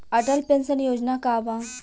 Atal pension Yojana का बा?